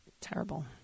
terrible